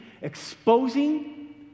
exposing